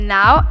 now